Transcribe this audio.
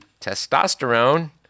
testosterone